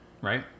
right